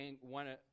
one